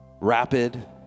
rapid